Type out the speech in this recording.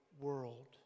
world